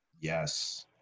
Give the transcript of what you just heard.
Yes